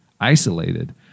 isolated